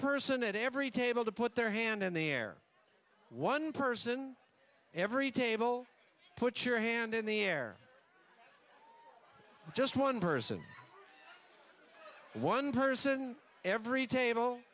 person at every table to put their hand in the air one person every table put your hand in the air just one person one person every table